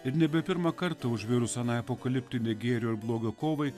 ir nebe pirmą kartą užvirus anai apokaliptinei gėrio ir blogio kovai